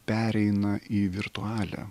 pereina į virtualią